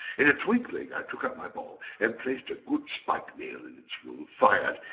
in a twinkling i took out my ball, and placed a good spike-nail in its room, fired,